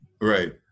Right